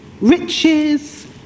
Riches